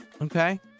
Okay